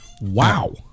Wow